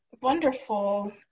Wonderful